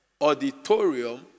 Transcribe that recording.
auditorium